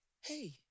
hey